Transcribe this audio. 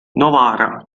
novara